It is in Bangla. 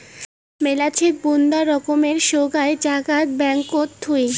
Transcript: মেলাছেন বুন্দা রকমের সোগায় জাগাত ব্যাঙ্কত থুই